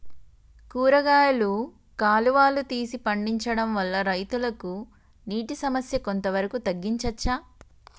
కూరగాయలు కాలువలు తీసి పండించడం వల్ల రైతులకు నీటి సమస్య కొంత వరకు తగ్గించచ్చా?